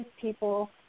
people